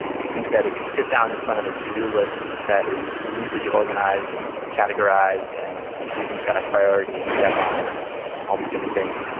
i think that if you sit down in front of a to-do list that is neatly organized and categorized, and everything's got a priority and a deadline, and all these different things,